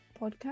podcast